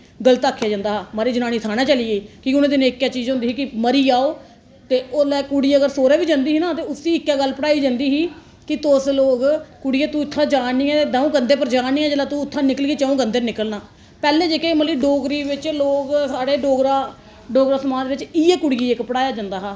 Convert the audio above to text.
गलत आखेआ जंदा हा महाराज जनानी थाने चली गेई कि के उ'नें दिनें इक्कै चीज़ होंदी ही कि मरी जाओ ते ओल्लै कुड़ी अगर सौहरे बी जंदी ना ते उसी इक्कै गल्ल पढ़ाई जंदी ही कि तुस लोग कुड़ियै तूं इत्थां जा नी ऐ ते दं'ऊ कंधें पर जा नी ते जेल्लै तूं उत्थां निकलगी ते चं'ऊ कंधें पर निकलना पैह्लें जेह्के मतलब कि डोगरी बिच्च लोक साढ़े डोगरा डोगरा समाज बिच्च इ'यै कुड़ियें गी इक पढ़ाया जंदा हा